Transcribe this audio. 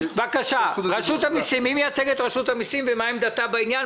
בבקשה, מי מייצג את רשות המסים ומה עמדתה בעניין?